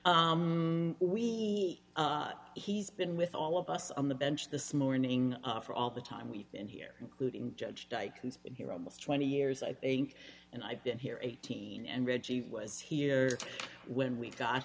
we he's been with all of us on the bench this morning for all the time we've been here including judge like he's been here almost twenty years i think and i've been here eighteen and reggie was here when we got